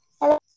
Hello